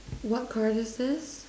what card is this